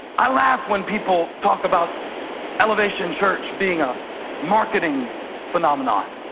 i laugh when people talk about elevation church being a marketing phenomenon.